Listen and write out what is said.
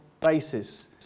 basis